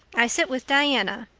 i sit with diana.